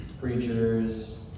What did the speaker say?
preachers